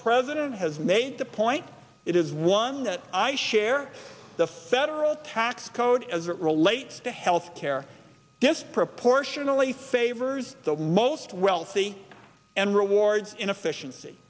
president has made the point it is one that i share the federal tax code as it relates to health care disproportionately favors the most wealthy and rewards inefficiency